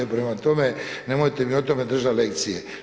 Prema tome nemojte mi o tome držati lekcije.